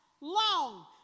long